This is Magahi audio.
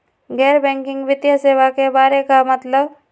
गैर बैंकिंग वित्तीय सेवाए के बारे का मतलब?